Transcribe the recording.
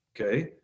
Okay